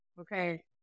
Okay